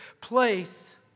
place